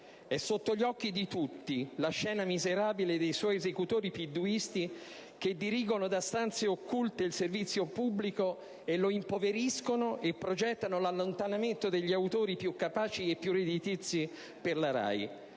è sotto gli occhi di tutti la scena miserabile dei suoi esecutori piduisti che dirigono da stanze occulte il servizio pubblico e lo impoveriscono e progettano l'allontanamento degli autori più capaci e più redditizi per la RAI,